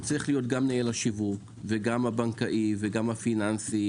צריך להיות גם מנהל השיווק וגם הבנקאי וגם הפיננסי.